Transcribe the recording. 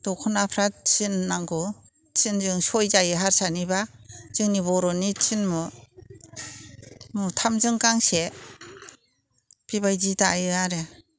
दखनाफ्रा थिन नांगौ थिनजों सय जायो हारसानिबा जोंनि बर'नि थिन मु मुथामजों गांसे बेबायदि दायो आरो